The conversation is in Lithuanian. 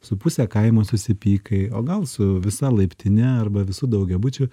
su puse kaimo susipykai o gal su visa laiptine arba visu daugiabučiu